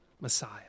Messiah